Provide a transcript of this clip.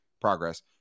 Progress